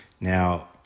Now